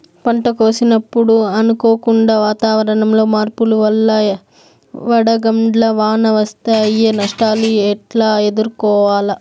పంట కోసినప్పుడు అనుకోకుండా వాతావరణంలో మార్పుల వల్ల వడగండ్ల వాన వస్తే అయ్యే నష్టాలు ఎట్లా ఎదుర్కోవాలా?